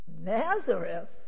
Nazareth